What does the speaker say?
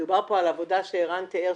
מדובר פה על עבודה שערן תיאר,